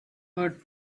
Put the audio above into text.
but